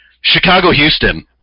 Chicago-Houston